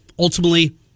Ultimately